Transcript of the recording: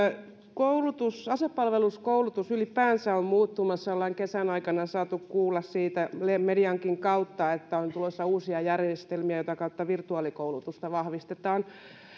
asepalveluskoulutus ylipäänsä on muuttumassa olemme kesän aikana saaneet kuulla mediankin kautta siitä että on tulossa uusia järjestelmiä joiden kautta virtuaalikoulutusta vahvistetaan